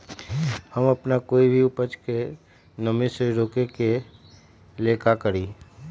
हम अपना कोई भी उपज के नमी से रोके के ले का करी?